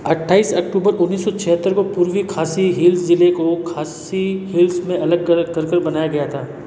अट्ठाईस अक्टूबर उन्नीस सौ छिहत्तर को पूर्वी खासी हिल्स ज़िले को खासी हिल्स में अलग थलग कर के बनाया गया था